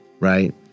Right